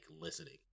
listening